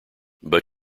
but